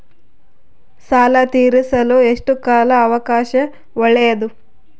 ಸಾಲ ತೇರಿಸಲು ಎಷ್ಟು ಕಾಲ ಅವಕಾಶ ಒಳ್ಳೆಯದು?